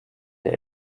der